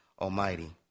Almighty